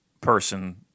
person